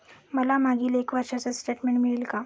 मला मागील एक वर्षाचे स्टेटमेंट मिळेल का?